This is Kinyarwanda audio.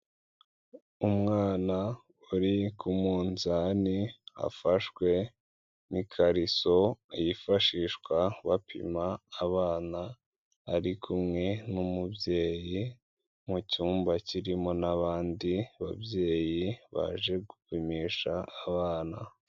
Umwana uri ku munzani afashwe n'ikariso yifashishwa bapima abana, ari kumwe n'umubyeyi mu cyumba kirimo n'abandi babyeyi baje gupimisha abana.